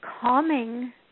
calming